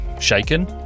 Shaken